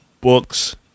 books